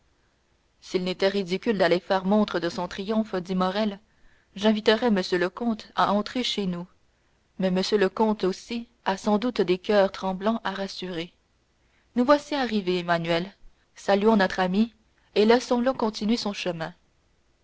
s'il n'était ridicule d'aller faire montre de son triomphe dit morrel j'inviterais m le comte à entrer chez nous mais m le comte aussi a sans doute des coeurs tremblants à rassurer nous voici arrivés emmanuel saluons notre ami et laissons-le continuer son chemin